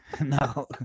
No